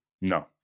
No